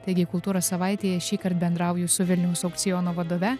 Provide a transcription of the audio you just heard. taigi kultūros savaitėje šįkart bendrauju su vilniaus aukciono vadove